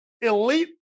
Elite